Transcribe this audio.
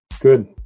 good